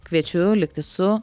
kviečiu likti su